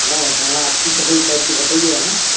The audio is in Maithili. हँ तऽ अहाँ आब कि कहैलए चाहै छी बतैऔ अहाँ